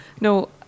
no